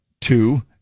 two